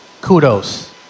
Kudos